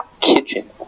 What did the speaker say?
kitchen